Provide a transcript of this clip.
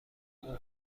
اون